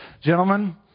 gentlemen